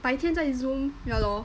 白天在 Zoom yeah lor